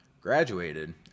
graduated